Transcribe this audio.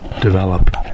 develop